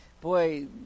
Boy